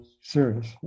serious